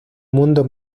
mundo